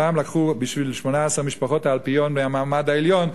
פעם לקחו בשביל 18 משפחות האלפיון העליון,